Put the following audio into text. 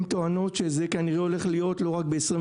טוענות שזה כנראה הולך להיות לא רק ב-22,